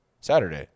Saturday